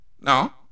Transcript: No